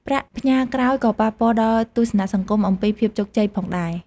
ប្រាក់ផ្ញើក្រោយក៏ប៉ះពាល់ដល់ទស្សនៈសង្គមអំពីភាពជោគជ័យផងដែរ។